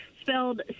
spelled